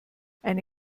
eine